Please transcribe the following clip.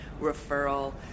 referral